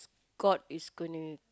god is gonna